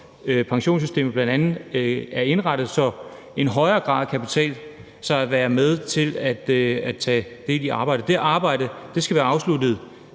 pensionssystemet bl.a. kan blive indrettet, så det i højere grad kan betale sig at være med til at være en del af arbejdsstyrken. Det arbejde skal være afsluttet